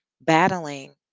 battling